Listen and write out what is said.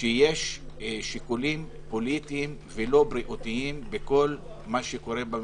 שיש שיקולים פוליטיים ולא בריאותיים בכל מה שקורה בממשלה.